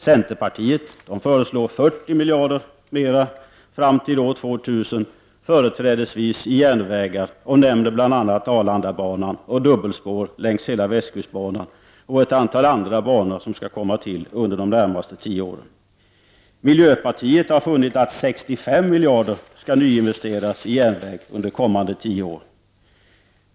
Centerpartiet föreslår 40 miljarder kronor mera fram till år 2000, företrädesvis i järnvägar, och nämner bl.a. Arlandabanan och dubbelspår längs hela västkustbanan och ett antal andra banor som skall komma till under de närmaste tio åren. Miljöpartiet har funnit att 65 miljarder kronor skall nyinvesteras i järnväg under de kommande tio åren.